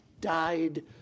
died